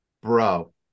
bro